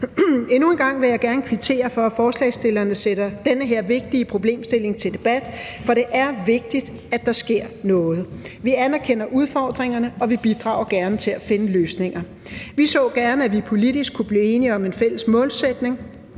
Endnu en gang vil jeg gerne kvittere for, at forslagsstillerne sætter denne vigtige problemstilling til debat, for det er vigtigt, at der sker noget. Vi anerkender udfordringerne, og vi bidrager gerne til at finde løsninger. Vi så gerne, at vi politisk kunne blive enige om en fælles målsætning